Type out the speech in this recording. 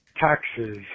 Taxes